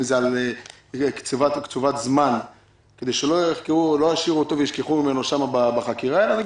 אם זה על קציבת זמן כדי שלא יחקרו וישכחו ממנו שם בחקירה אלא,